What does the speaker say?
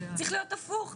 צריך להיות הפוך.